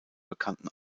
bekannten